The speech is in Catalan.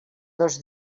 dos